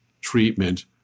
treatment